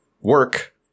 work